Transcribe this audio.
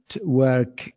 work